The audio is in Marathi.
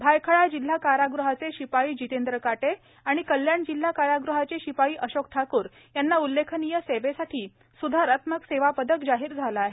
भायखळा जिल्हा कारागृहाचे शिपाई जितेंद्र काटे आणि कल्याण जिल्हा कारागृहाचे शिपाई अशोक ठाकूर यांना उल्लेखनीय सेवेसाठी सुधारात्मक सेवा पदक जाहीर झाले आहे